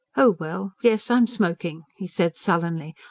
oh well, yes, i'm smoking, he said sullenly,